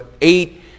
eight